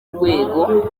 rwego